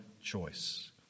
choice